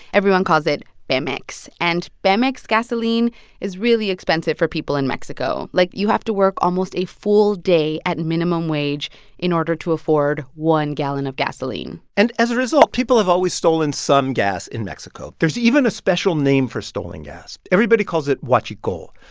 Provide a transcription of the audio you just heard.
everyone calls it pemex. and pemex gasoline is really expensive for people in mexico. like, you have to work almost a full day at minimum wage in order to afford one gallon of gasoline and as a result, people have always stolen some gas in mexico. there's even a special name for stolen gas. everybody calls it huachicol.